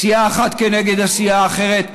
סיעה אחת נגד סיעה אחרת,